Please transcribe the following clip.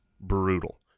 brutal